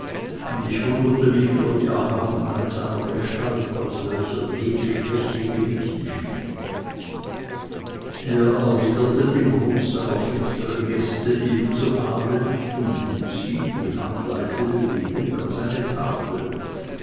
und ich wunderte mich über die erhabenheit seiner gestalt aus welcher jede schwäche gewichen schien er erwiderte den gruß seiner finstern gäste ebenso adelig und lud sie die hand leise bewegend an seine tafel